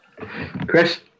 Chris